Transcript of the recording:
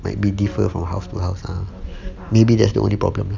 might be differ from house to house lah maybe that's the only problem lah